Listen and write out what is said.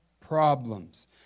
problems